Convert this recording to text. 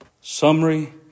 Summary